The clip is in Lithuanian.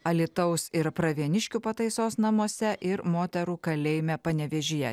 alytaus ir pravieniškių pataisos namuose ir moterų kalėjime panevėžyje